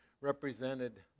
represented